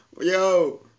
yo